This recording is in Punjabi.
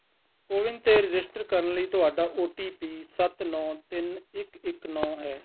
ਕੋਵਿਨ 'ਤੇ ਰਜਿਸਟਰ ਕਰਨ ਲਈ ਤੁਹਾਡਾ ਓ ਟੀ ਪੀ ਸੱਤ ਨੌਂ ਤਿੰਨ ਇੱਕ ਇੱਕ ਨੌਂ ਹੈ